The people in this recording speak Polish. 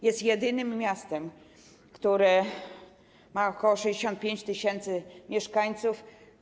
Jest jedynym miastem, które ma ok. 65 tys. mieszkańców.